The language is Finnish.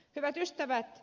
hyvät ystävät